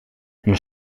hun